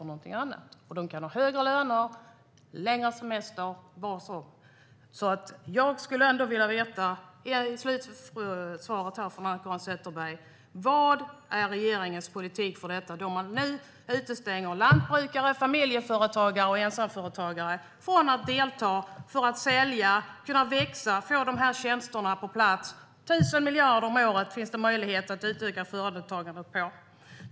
De anställda kan ha högre löner och längre semester. Jag skulle vilja veta i slutrepliken från Anna-Caren Sätherberg: Vad är regeringens politik för detta? Man utestänger nu lantbrukare, familjeföretagare och ensamföretagare från att delta, sälja, kunna växa och få de här tjänsterna på plats. 1 000 miljarder om året finns det möjlighet att utöka företagandet med.